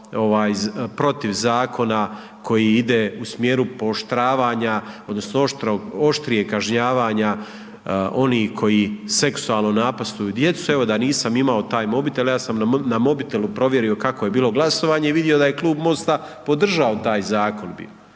protiv zakona koji ide u smjeru pooštravanja odnosno oštrijeg kažnjavanja onih koji seksualno napastvuju djecu, evo da nisam imao taj mobitel, ja sam na mobitelu provjerio kako je bilo glasovanje i vidio da je Klub MOST-a podržao taj zakon